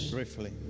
Briefly